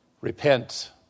repent